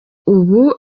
ubu